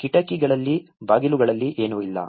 ಕಿಟಕಿಗಳಿಲ್ಲ ಬಾಗಿಲುಗಳಿಲ್ಲ ಏನೂ ಇಲ್ಲ